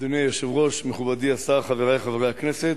אדוני היושב-ראש, מכובדי השר, חברי חברי הכנסת,